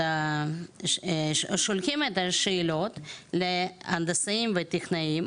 שולחים את השאלות להנדסאים וטכנאים,